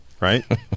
right